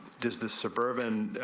does the suburban